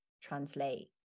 translate